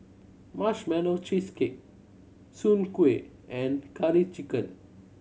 Marshmallow Cheesecake Soon Kueh and Curry Chicken